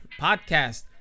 podcast